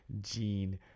gene